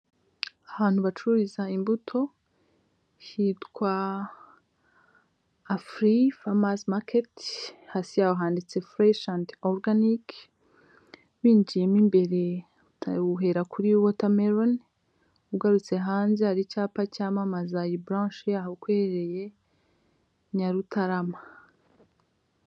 Ahantu bacururiza imbuto hitwa afurirarumasi maketi, hasi yaho handitse fureshi andi oruganiki, winjiyemo imbere uhera kuri wotameroni, ugarutse hanze ubona icyapa iyi buranshe ko iherereye Nyarutarama.